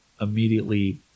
immediately